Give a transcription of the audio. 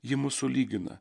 ji mus sulygina